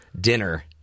dinner